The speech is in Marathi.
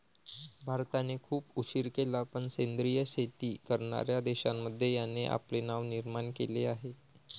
भारताने खूप उशीर केला पण सेंद्रिय शेती करणार्या देशांमध्ये याने आपले नाव निर्माण केले आहे